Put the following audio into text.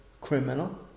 criminal